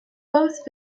both